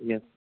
yes